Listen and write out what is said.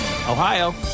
Ohio